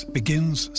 begins